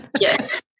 Yes